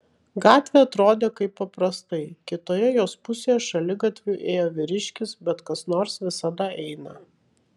gatvė atrodė kaip paprastai kitoje jos pusėje šaligatviu ėjo vyriškis bet kas nors visada eina